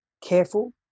careful